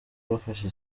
bafashe